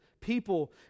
people